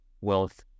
wealth